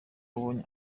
abonye